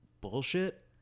bullshit